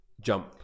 jump